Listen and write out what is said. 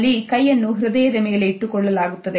ಅಲ್ಲಿ ಕೈಯನ್ನು ಹೃದಯದ ಮೇಲೆ ಇಟ್ಟುಕೊಳ್ಳಲಾಗುತ್ತದೆ